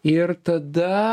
ir tada